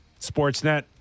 Sportsnet